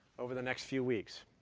over the next few weeks.